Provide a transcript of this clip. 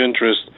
interest